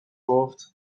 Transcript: گفت